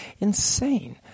insane